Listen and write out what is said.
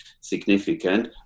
significant